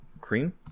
cream